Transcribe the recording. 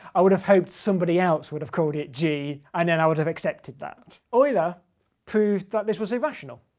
i would've hoped somebody else would've called it g and then i would have accepted that. euler proved this was irrational.